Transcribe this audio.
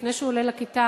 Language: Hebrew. לפני שהוא עולה לכיתה